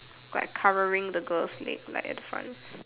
like covering the girl's leg like at the front